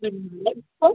ठीक ऐ फाईल